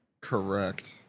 Correct